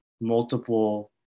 multiple